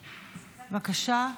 בבקשה.